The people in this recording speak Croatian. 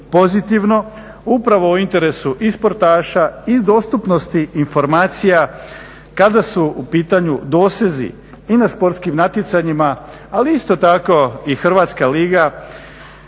pozitivno upravo u interesu i sportaša i dostupnosti informacija kada su u pitanju dosezi i na sportskim natjecanjima ali isto tako i Hrvatska liga